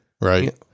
Right